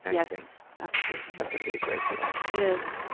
yes, absolutely. that's got to be a great feeling. it is.